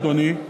אדוני,